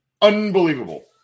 unbelievable